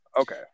Okay